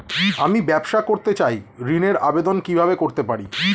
আমি ব্যবসা করতে চাই ঋণের আবেদন কিভাবে করতে পারি?